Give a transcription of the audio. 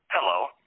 Hello